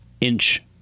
inch